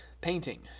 Painting